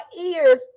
ears